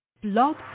Blog